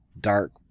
dark